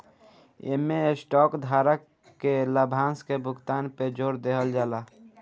इमें स्टॉक धारक के लाभांश के भुगतान पे जोर देहल जाला